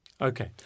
Okay